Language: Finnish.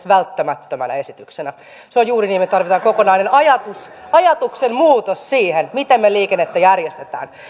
välttämättömänä esityksenä se on juuri niin me tarvitsemme kokonaisen ajatuksen muutoksen siihen miten me liikennettä järjestämme